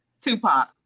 Tupac